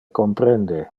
comprende